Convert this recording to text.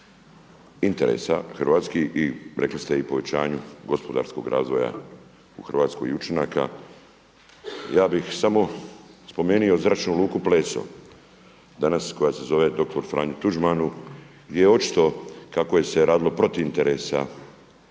hrvatskih i rekli ste povećanju gospodarskog razvoja u Hrvatskoj i učinaka, ja bih samo spomenuo Zračnu luku Pleso, danas koja se zove dr. Franjo Tuđman gdje je očito kako je se radilo protiv interesa RH davajući